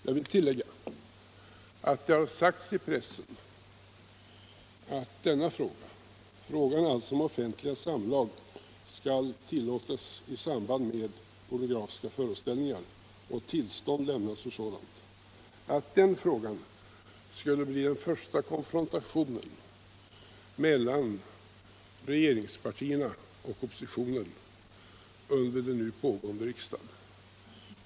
Jag vill tillägga att det har sagts i pressen att denna fråga, om offentliga samlag skall tillåtas i samband med pornografiska föreställningar och tuillstånd lämnas för sådana, skulle skapa den första konfrontationen mellan regeringspartierna och oppositionen under det nu pågående riksmötet.